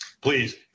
Please